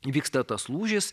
įvyksta tas lūžis